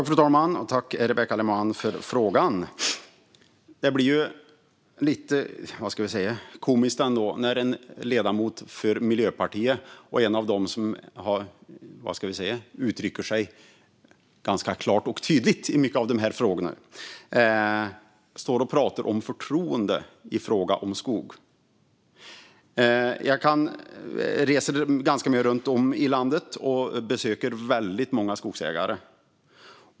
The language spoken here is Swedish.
Fru talman! Jag tackar Rebecka Le Moine för frågan. Det blir lite komiskt när en ledamot för Miljöpartiet och en av dem som - vad ska jag säga - uttrycker sig ganska klart och tydligt i många av de här frågorna, står och pratar om förtroende i fråga om skog. Jag reser ganska mycket runt om i landet och besöker många skogsägare.